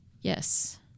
Yes